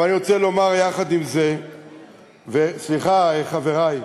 אבל אני רוצה לומר יחד עם זה, סליחה, חברי,